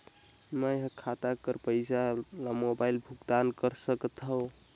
मैं ह खाता कर पईसा ला मोबाइल भुगतान कर सकथव?